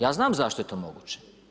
Ja znam zašto je to moguće.